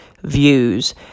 views